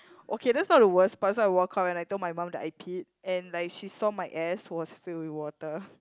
okay that's not the worst part so I walked out and I told my mum that I peed and like she saw my ass was filled with water